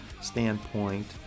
standpoint